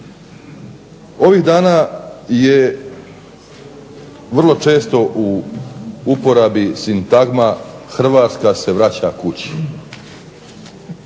Ovih dana je vrlo često u uporabi sintagma Hrvatska se vraća kući.